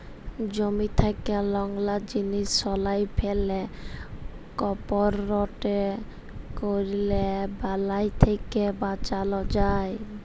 জমি থ্যাকে লংরা জিলিস সঁরায় ফেলা, করপ রটেট ক্যরলে বালাই থ্যাকে বাঁচালো যায়